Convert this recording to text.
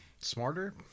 Smarter